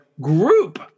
group